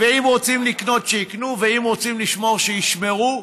ואם רוצים לקנות, שיקנו, ואם רוצים לשמור, שישמרו.